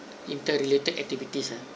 interrelated activities ah